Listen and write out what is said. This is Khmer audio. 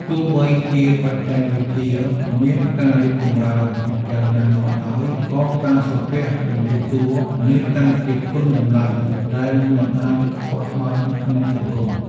ទោះបីជាបច្ចេកវិទ្យាមានការរីកចម្រើនយ៉ាងណាក៏ដោយក៏ការសំពះជម្រាបសួរនៅតែជាគុណតម្លៃដែលមិនអាចខ្វះបានក្នុងសង្គម។